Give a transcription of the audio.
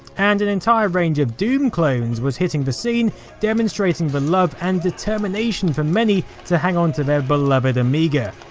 and an entire range of doom clones was hitting the scene demonstrating the love and determination for many to hang onto their beloved amiga.